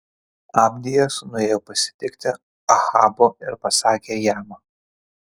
abdijas nuėjo pasitikti ahabo ir pasakė jam